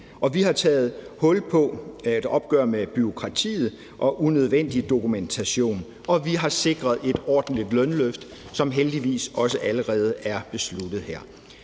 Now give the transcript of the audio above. Vi har taget hul på et opgør med bureaukratiet og unødvendig dokumentation, og vi har sikret et ordentligt lønløft, som heldigvis også allerede er besluttet her.